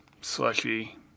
slushy